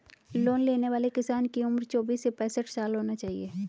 loan लेने वाले किसान की उम्र चौबीस से पैंसठ साल होना चाहिए